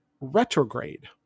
retrograde